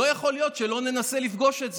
לא יכול להיות שלא ננסה לפגוש את זה,